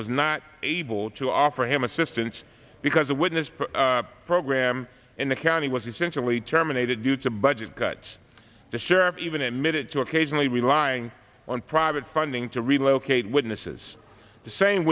was not able to offer him assistance because a witness program in the county was essentially terminated due to budget cuts the sheriff even admitted to occasionally relying on private funding to relocate witnesses the same